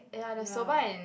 ya